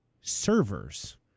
servers